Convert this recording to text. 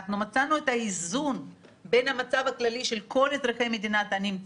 מצאנו את האיזון בין המצב הכללי שבו נמצאים